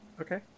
Okay